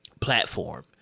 platform